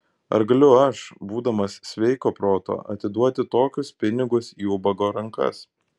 ar galiu aš būdamas sveiko proto atiduoti tokius pinigus į ubago rankas